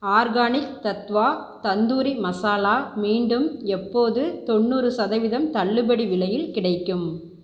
organic Tattva tandoori masala மீண்டும் எப்போது தொண்ணூறு சதவீதம் தள்ளுபடி விலையில் கிடைக்கும்